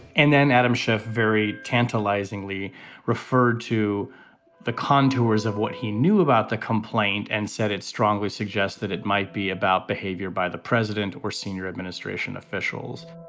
and then adam schiff very tantalizingly referred to the contours of what he knew about the complaint and said it strongly suggests that it might be about behavior by the president or senior administration officials